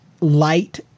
light